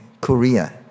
Korea